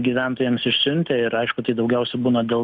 gyventojams išsiuntę ir aišku tai daugiausia būna dėl